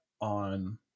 on